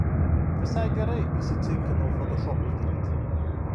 visai gerai įsicinkinau fotošopus daryt